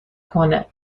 کنه